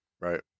Right